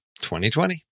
2020